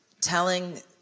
telling